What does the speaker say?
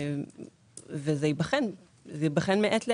זה ייבחן מעת לעת.